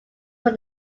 were